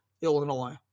Illinois